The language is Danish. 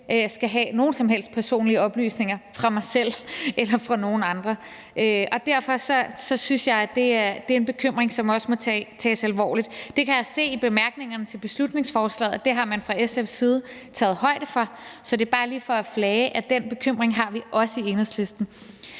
skal have nogen som helst personlige oplysninger fra mig selv eller fra nogen andre. Derfor synes jeg, det er en bekymring, som også må tages alvorligt. Det kan jeg se i bemærkningerne til beslutningsforslaget at man fra SF's side har taget højde for, så det er bare lige for at flage, at den bekymring har vi også i Enhedslisten.